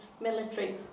military